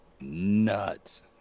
nuts